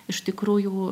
iš tikrųjų